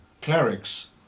clerics